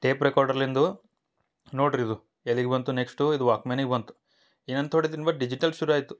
ಟೇಪ್ರೆಕಾರ್ಡಲ್ಲಿಂದು ನೋಡ್ರಿ ಇದು ಎಲ್ಲಿಗೆ ಬಂತು ನೆಕ್ಸ್ಟು ಇದು ವಾಕ್ಮ್ಯಾನಿಗ ಬಂತು ಇನ್ನೊಂದು ತೋಡೆ ದಿನ ಬಿಟ್ಟು ಡಿಜಿಟಲ್ ಶುರು ಆಯಿತು